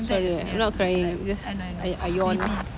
sorry I not crying I'm just I I yawn